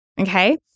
Okay